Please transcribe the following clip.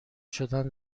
شدن